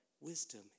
Wisdom